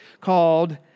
called